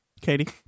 Katie